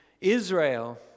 Israel